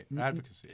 advocacy